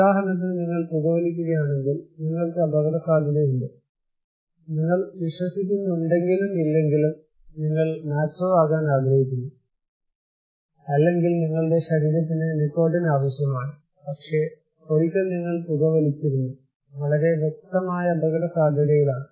ഉദാഹരണത്തിന് നിങ്ങൾ പുകവലിക്കുകയാണെങ്കിൽ നിങ്ങൾക്ക് അപകടസാധ്യതയുണ്ട് നിങ്ങൾ വിശ്വസിക്കുന്നുണ്ടെങ്കിലും ഇല്ലെങ്കിലും നിങ്ങൾ മാച്ചോ ആകാൻ ആഗ്രഹിക്കുന്നു അല്ലെങ്കിൽ നിങ്ങളുടെ ശരീരത്തിന് നിക്കോട്ടിൻ ആവശ്യമാണ് പക്ഷേ ഒരിക്കൽ നിങ്ങൾ പുകവലിച്ചിരുന്നു വളരെ വ്യക്തമായ അപകടസാധ്യതയിലാണ്